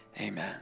amen